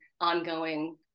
ongoing